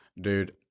Dude